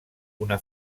una